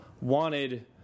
wanted